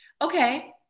Okay